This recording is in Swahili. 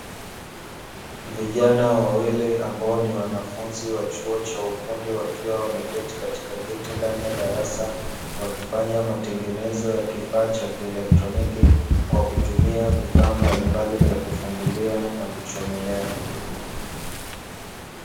Vijana wawili ambao ni wanafunzi wa chuo cha ufundi wakiwa wameketi katika kiti ndani ya darasa wakifanya matengenezo ya kifaa cha kielektroniki kwa kutumia vifaa mbalimbali vya kufungulia na kuchomelea.